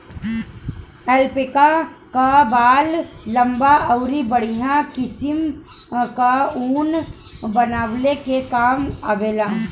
alpaca कअ बाल लंबा अउरी बढ़िया किसिम कअ ऊन बनवले के काम आवेला